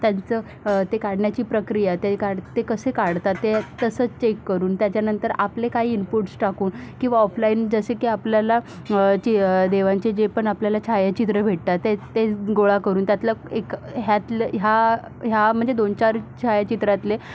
त्यांचं ते काढण्याची प्रक्रिया ते काढ ते कसे काढतात ते तसं चेक करून त्याच्यानंतर आपले काही इनपुट्स टाकून किंवा ऑफलाईन जसे की आपल्याला देवांचे जे पण आपल्याला छायाचित्र भेटतात ते ते गोळा करून त्यातला एक ह्यातलं ह्या ह्या म्हणजे दोन चार छायाचित्रातले